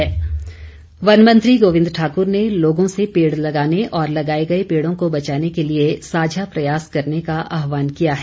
गोविंद ठाकुर वन मंत्री गोविंद ठाकुर ने लोगों से पेड़ लगाने और लगाए गए पेड़ों को बचाने के लिए साझा प्रयास करने का आहवान किया है